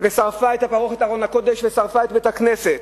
ושרפה את פרוכת ארון הקודש ושרפה את בית-הכנסת.